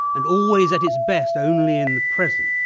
and always at its best only in the present,